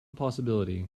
possibility